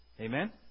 Amen